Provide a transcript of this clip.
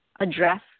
address